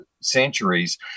centuries